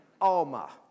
Alma